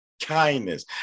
kindness